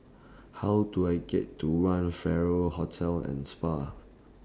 How Do I get to one Farrer Hotel and Spa